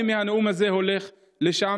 מהנאום הזה אני הולך לשם.